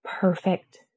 perfect